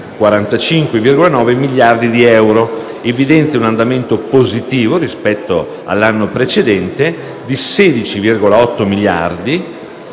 845,9 miliardi di euro, evidenzia un andamento positivo rispetto all'anno precedente (16,8 miliardi